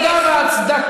זאת, אגב, ההצדקה,